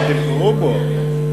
אבל תבחרו בו.